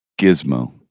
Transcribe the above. Gizmo